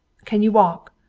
can you walk?